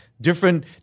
Different